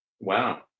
wow